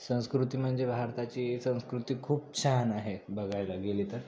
संस्कृती म्हणजे भारताची संस्कृती खूप छान आहे बघायला गेली तर